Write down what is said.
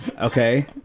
okay